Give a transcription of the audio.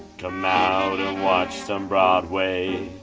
come out and watch some broadway.